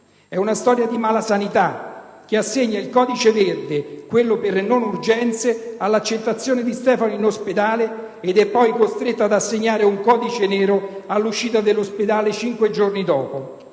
È una storia di malasanità, che assegna il codice verde, quello per le non urgenze, all'accettazione di Stefano in ospedale ed è poi costretta ad assegnare il "codice nero" all'uscita dall'ospedale cinque giorni dopo.